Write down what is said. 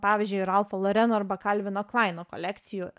pavyzdžiui ralfo loreno arba kalvino klaino kolekcijų